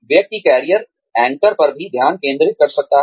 व्यक्ति career anchor पर भी ध्यान केंद्रित कर सकता है